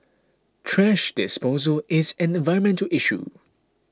thrash disposal is an environmental issue